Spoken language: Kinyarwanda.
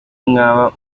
mwaba